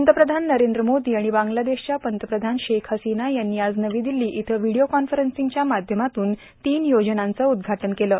पंतप्रधान नरेंद्र मोदी आणि बांग्लादेशच्या पंतप्रधान शेख हसीना यांनी आज नवी दिल्ली इथं व्हिडिओ कॉन्फरंसिंगच्या माध्यमातून तीन योजनांचं उदघाटन केलं